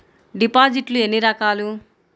డిపాజిట్లు ఎన్ని రకాలు?